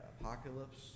Apocalypse